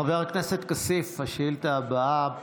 חבר הכנסת כסיף, השאילתה הבאה: